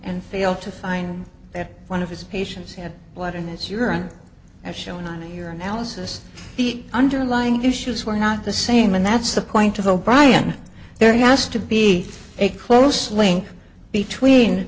and failed to find that one of his patients had blood in his urine as shown on in your analysis the underlying issues were not the same and that's the point of o'brian there has to be a close link between